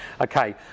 Okay